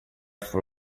for